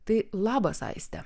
tai labas aiste